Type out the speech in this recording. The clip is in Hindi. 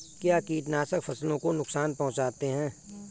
क्या कीटनाशक फसलों को नुकसान पहुँचाते हैं?